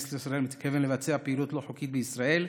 לישראל מתכוון לבצע פעילות לא חוקית בישראל,